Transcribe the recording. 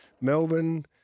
Melbourne